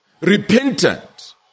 repentant